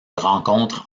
rencontrent